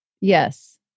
Yes